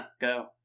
go